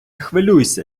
хвилюйся